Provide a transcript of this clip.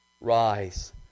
Rise